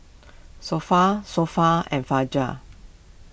Sofea Sofea and Fajar